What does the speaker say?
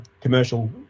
commercial